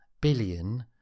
billion